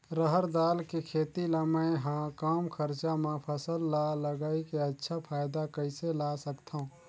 रहर दाल के खेती ला मै ह कम खरचा मा फसल ला लगई के अच्छा फायदा कइसे ला सकथव?